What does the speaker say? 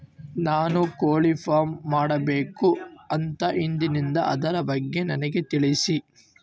ನಾನು ಕೋಳಿ ಫಾರಂ ಮಾಡಬೇಕು ಅಂತ ಇದಿನಿ ಅದರ ಬಗ್ಗೆ ನನಗೆ ತಿಳಿಸಿ?